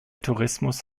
tourismus